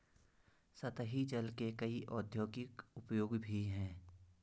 सतही जल के कई औद्योगिक उपयोग भी हैं